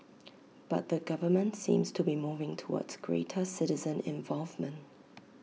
but the government seems to be moving towards greater citizen involvement